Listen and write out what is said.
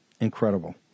Incredible